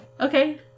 Okay